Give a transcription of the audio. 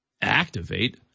activate